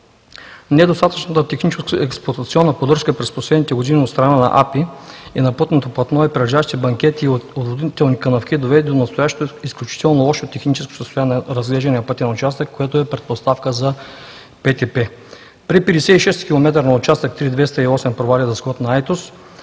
Недостатъчната техническо-експлоатационна поддържка през последните години от страна на АПИ на пътното платно и прилежащи банкети от отводнителни канавки доведе до настоящото изключително лошо техническо състояние на разглеждания пътен участък, което е предпоставка за ПТП. При 56-ти километър на участък III-208 Провадия – Дъскотна – Айтос,